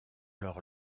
leur